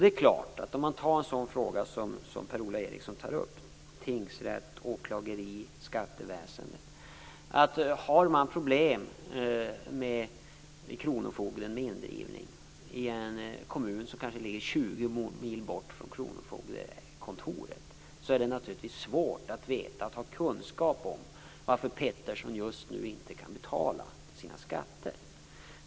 Per-Ola Eriksson tar upp frågan om tingsrätt, åklageri och skatteväsende. Det är klart att det för den kronofogde som har problem med indrivning i en kommun som kanske ligger 20 mil bort från kronofogdekontoret kan vara svårt att veta varför Pettersson just nu inte kan betala sina skatter.